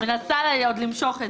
אני מנסה עוד למשוך את זה.